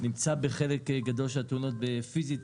נמצא בחלק גדול של התאונות פיזית,